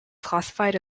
classified